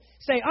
say